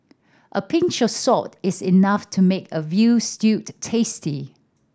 a pinch of salt is enough to make a veal stew tasty